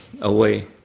away